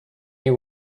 you